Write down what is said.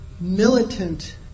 militant